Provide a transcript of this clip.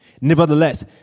Nevertheless